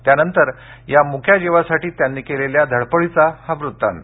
त्यानंतर या मुक्या जीवासाठी त्यांनी केलेल्या धडपडीचा हा वृत्तांत